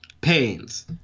pains